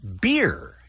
beer